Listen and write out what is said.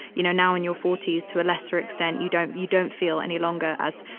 you know, now in your forty s to a lesser extent, you don't, you don't feel any longer as,